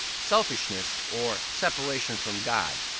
selfishness, or separation from god.